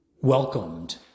welcomed